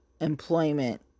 Employment